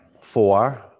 Four